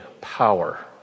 power